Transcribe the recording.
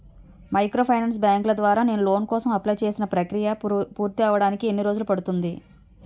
Microfinance బ్యాంకుల ద్వారా నేను లోన్ కోసం అప్లయ్ చేసిన ప్రక్రియ పూర్తవడానికి ఎన్ని రోజులు పడుతుంది?